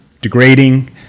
degrading